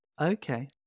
Okay